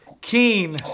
Keen